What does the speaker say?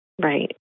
Right